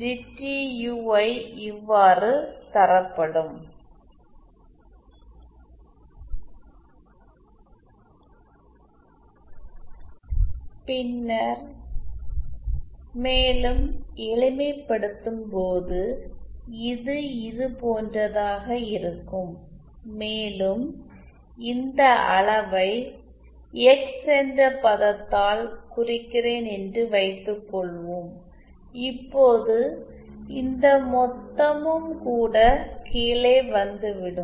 ஜிறற்றியுஜ இவ்வாறு தரப்படும் பின்னர் மேலும் எளிமைப்படுத்தும்போது இது இதுபோன்றதாக இருக்கும் மேலும் இந்த அளவை எக்ஸ் என்ற பதத்தால் குறிக்கிறேன் என்று வைத்துக்கொள்வோம் இப்போது இந்த மொத்தமும் கூட கீழே வந்து விடும்